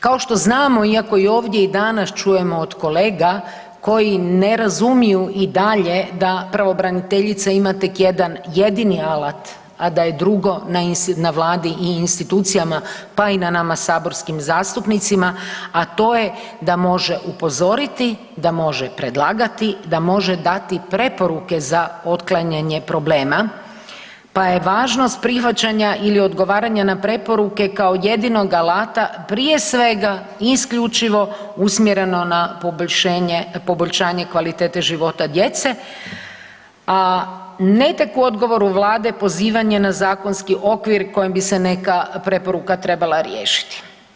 Kao što znamo, iako ovdje i danas čujemo od kolega koji ne razumiju i dalje da pravobraniteljica ima tek jedan jedini alat, a da je drugo na Vladi i institucijama, pa i na nama saborskim zastupnicima, a to je da može upozoriti, da može predlagati, da može dati preporuke za otklanjanje problema, pa je važnost prihvaćanja ili odgovaranja na preporuke kao jednog alata prije svega, isključivo usmjereno na poboljšanje kvalitete života djece, a ne tek u odgovoru Vlade pozivanje na zakonski okvir kojim bi se neka preporuka trebala riješiti.